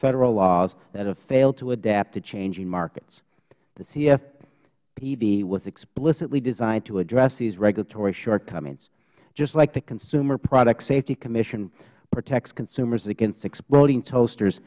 federal laws that have failed to adapt to changing markets the cfpb was explicitly designed to address these regulatory shortcomings just like the consumer product safety commission protects consumers against exploding toasters